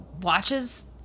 watches